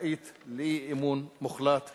זכאית לאי-אמון מוחלט.